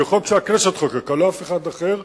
זה חוק שהכנסת חוקקה, לא אף אחד אחר.